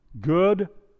good